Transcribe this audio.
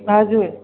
हजुर